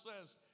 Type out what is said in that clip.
says